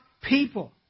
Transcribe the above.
people